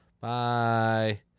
Bye